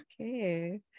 okay